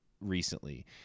recently